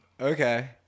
Okay